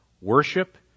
worship